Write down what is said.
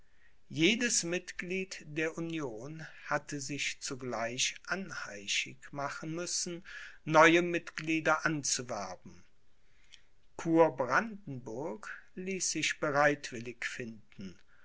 jedes mitglied der union hatte sich zugleich anheischig machen müssen neue mitglieder anzuwerben kurbrandenburg ließ sich bereitwillig finden